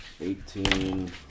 Eighteen